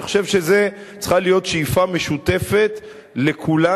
אני חושב שזו צריכה להיות שאיפה משותפת לכולנו,